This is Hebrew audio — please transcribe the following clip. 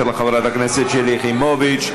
של חברת הכנסת שלי יחימוביץ.